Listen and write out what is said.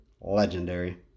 legendary